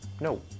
No